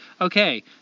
okay